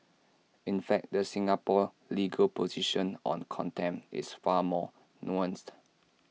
in fact the Singapore legal position on contempt is far more nuanced